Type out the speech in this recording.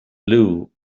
blew